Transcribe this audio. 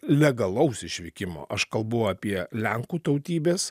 legalaus išvykimo aš kalbu apie lenkų tautybės